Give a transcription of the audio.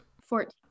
Fourteen